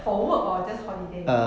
for work or just holiday